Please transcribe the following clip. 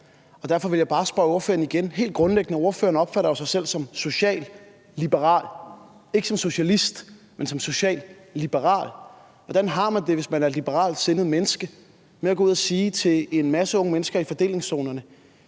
og derfor vil jeg bare spørge ordføreren igen – helt grundlæggende opfatter ordføreren jo sig selv som socialliberal, ikke som socialist, men som socialliberal – hvordan man har det, hvis man er et liberalt sindet menneske, med at gå ud at sige til en masse unge mennesker i fordelingszonerne: